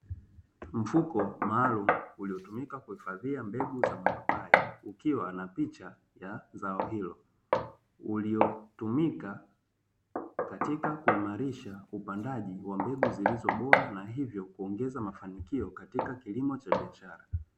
Mfuko maalum uliotumika kuhifadhia mbegu za mapapai, ukiwa na picha ya zao hilo ulilotumika katika kuimarisha upandaji wa mbegu zilizo bora na hivyo kuongeza mafanikio katika kilimo cha biashara.